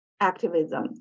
activism